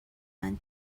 man